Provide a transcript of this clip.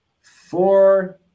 Four